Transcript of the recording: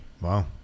Wow